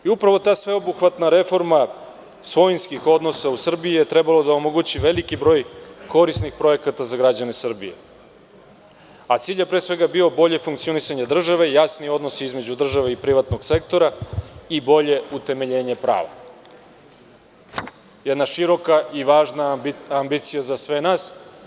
Upravo ta sveobuhvatna reforma svojinskih odnosa u Srbiji je trebalo da omogući veliki broj korisnih projekata za građane Srbije, a cilj je pre svega bio bolje funkcionisanje države, jasni odnosi između države i privatnog sektora, i bolje utemeljenje prava, jedna široka i važna ambicija za sve nas.